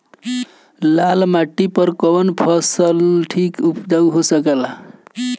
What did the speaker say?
लाल माटी पर कौन फसल के उपजाव ठीक हो सकेला?